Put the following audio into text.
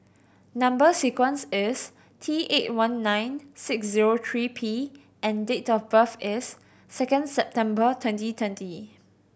number sequence is T eight one nine six zero three P and date of birth is second September twenty twenty